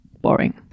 boring